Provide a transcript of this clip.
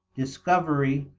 discovery,